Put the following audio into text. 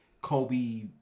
Kobe